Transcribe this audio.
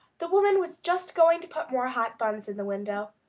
the woman was just going to put more hot buns in the window.